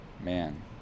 man